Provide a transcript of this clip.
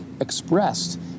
expressed